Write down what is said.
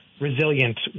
resilient